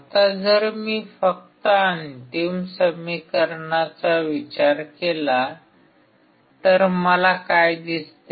आता जर मी फक्त अंतिम समीकरणाचा विचार केला तर मला काय दिसते